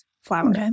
flour